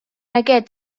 aquest